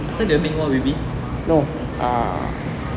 afterwards they will make more baby